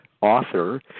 author